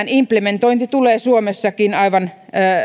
implementointi tulee suomessakin aivan